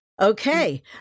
Okay